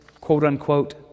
quote-unquote